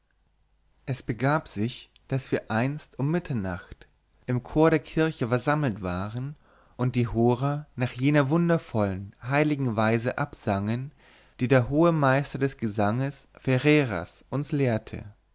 es begab sich daß wir einst um mitternacht im chor der kirche versammelt waren und die hora nach jener wundervollen heiligen weise absangen die der hohe meister des gesanges ferreras uns lehrte